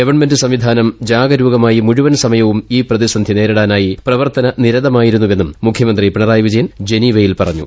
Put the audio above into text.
government സംവിധാനും ജാഗരൂകമായി മുഴവൻ സമയവും പ്രതിസ്ന്ധി ഇൌ നേരിടാനായി പ്രവർത്തനനിരതമായിരുന്നുവെന്നുട്ട മുഖ്യമന്ത്രി പിണറായി വിജയൻ ജനീവയിൽ പറഞ്ഞു